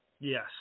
Yes